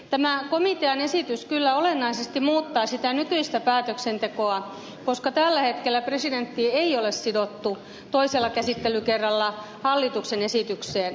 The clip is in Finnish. tämä komitean esitys kyllä olennaisesti muuttaa sitä nykyistä päätöksentekoa koska tällä hetkellä presidentti ei ole sidottu toisella käsittelykerralla hallituksen esitykseen